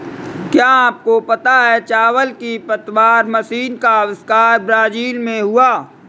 क्या आपको पता है चावल की पतवार मशीन का अविष्कार ब्राज़ील में हुआ